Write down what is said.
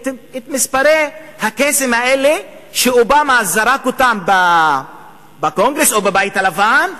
את מספרי הקסם האלה שאובמה זרק בקונגרס או בבית הלבן,